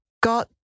got